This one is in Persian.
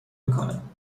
میکند